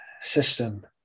system